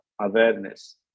awareness